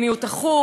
באפריקה,